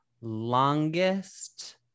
longest